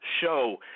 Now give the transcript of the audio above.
show